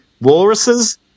walruses